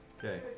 Okay